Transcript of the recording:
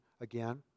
again